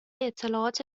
اطلاعات